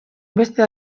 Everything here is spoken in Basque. beste